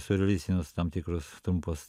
siurrealistinius tam tikrus trumpus